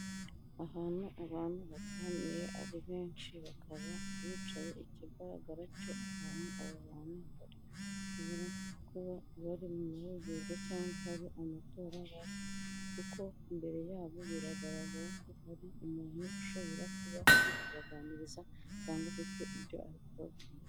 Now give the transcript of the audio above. Ahantu abantu bateraniye ari benshi bakaba bicaye, ikigaragara cyo aba bantu bashobora kuba bari mu mahugurwa cyangwa hari amatora kuko imbere yabo biragaragara ko hari umuntu ushobora kuba ari kubaganiriza cyangwa ufite ibyo abikora.